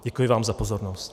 Děkuji vám za pozornost.